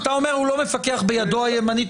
אתה אומר שהוא לא מפקח בידו הימנית,